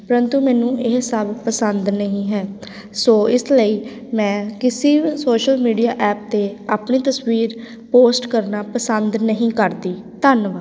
ਪਰੰਤੂ ਮੈਨੂੰ ਇਹ ਸਭ ਪਸੰਦ ਨਹੀਂ ਹੈ ਸੋ ਇਸ ਲਈ ਮੈਂ ਕਿਸੇ ਸੋਸ਼ਲ ਮੀਡੀਆ ਐਪ 'ਤੇ ਆਪਣੀ ਤਸਵੀਰ ਪੋਸਟ ਕਰਨਾ ਪਸੰਦ ਨਹੀਂ ਕਰਦੀ ਧੰਨਵਾਦ